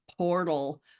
portal